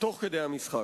תוך כדי המשחק.